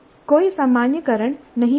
कोई सामान्यीकरण नहीं हो सकता